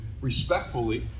respectfully